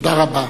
תודה רבה.